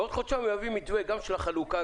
בעוד חודשיים הוא יביא מתווה גם של החלוקה,